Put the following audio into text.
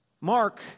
Mark